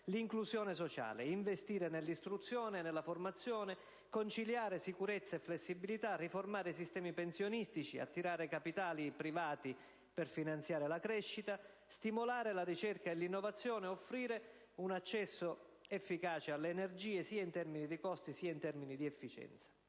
l'inclusione sociale; investire nell'istruzione e nella formazione; conciliare sicurezza e flessibilità; riformare i sistemi pensionistici; attirare capitali privati per finanziare la crescita; stimolare la ricerca e l'innovazione; offrire un accesso efficace alle energie, sia in termini di costi, sia in termini di efficienza.